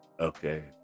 Okay